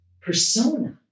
persona